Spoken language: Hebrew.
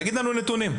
תן לנו נתונים.